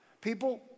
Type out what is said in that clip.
People